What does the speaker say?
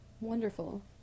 Wonderful